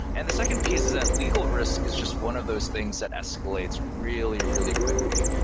and the second piece is that legal risk is just one of those things that escalates really, really quickly.